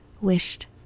wished